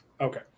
Okay